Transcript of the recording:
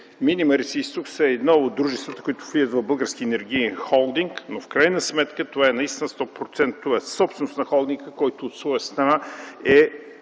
„Мини Марица изток” са едно от дружествата, които влизат в Българския енергиен холдинг, но в крайна сметка това е наистина 100-процентова собственост на холдинга, който от своя страна е